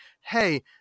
hey